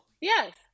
Yes